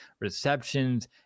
receptions